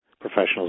professional's